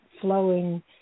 flowing